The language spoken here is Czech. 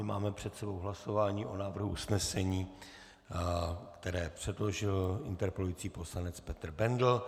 Máme před sebou hlasování o návrhu usnesení, které předložil interpelující poslanec Petr Bendl.